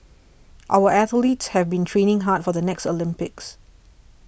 our athletes have been training hard for the next Olympics